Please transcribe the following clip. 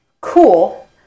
cool